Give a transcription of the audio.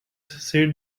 said